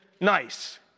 nice